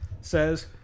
says